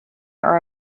are